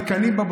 תקנאי בה,